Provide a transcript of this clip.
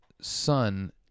son